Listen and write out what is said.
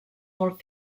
molt